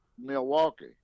Milwaukee